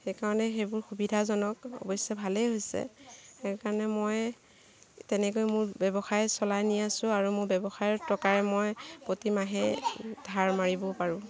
সেইকাৰণে সেইবোৰ সুবিধাজনক অৱশ্যে ভালেই হৈছে সেইকাৰণে মই তেনেকৈ মোৰ ব্যৱসায় চলাই নি আছোঁ আৰু মোৰ ব্যৱসায়ৰ টকাৰে মই প্ৰতিমাহে ধাৰ মাৰিবও পাৰোঁ